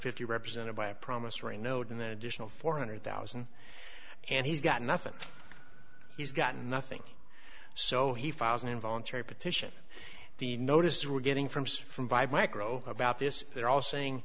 fifty represented by a promissory note an additional four hundred thousand and he's got nothing he's got nothing so he files an involuntary petition the notice we're getting from from vibe micro about this they're all saying